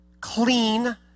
clean